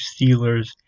Steelers